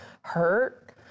hurt